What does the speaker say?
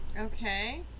Okay